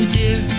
dear